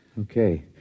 Okay